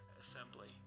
assembly